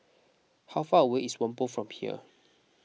how far away is Whampoa from here